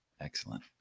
Excellent